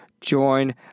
join